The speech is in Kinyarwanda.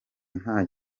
ntayo